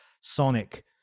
Sonic